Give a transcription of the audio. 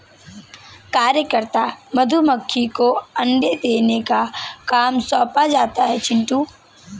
कार्यकर्ता मधुमक्खी को अंडे देने का काम सौंपा जाता है चिंटू